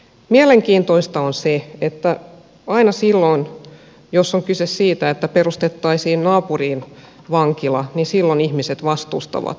mielenkiintoista on se että aina silloin jos on kyse siitä että perustettaisiin naapuriin vankila niin silloin ihmiset vastustavat